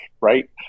right